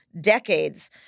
decades